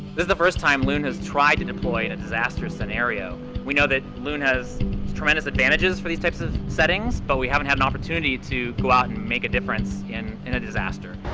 is the first time loon has tried to deploy in a disaster scenario. we know that loon has tremendous advantages for these types of settings, but we haven't had an opportunity to go out and make a difference in and a disaster.